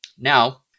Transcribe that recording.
Now